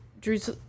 Drew's